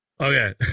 Okay